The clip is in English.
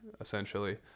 essentially